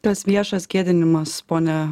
tas viešas gėdinimas pone